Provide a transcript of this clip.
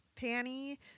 panty